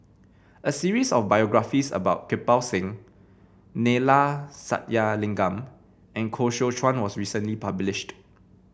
a series of biographies about Kirpal Singh Neila Sathyalingam and Koh Seow Chuan was recently published